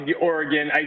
Oregon